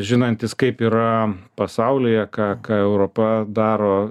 žinantis kaip yra pasaulyje ką europa daro